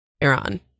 Iran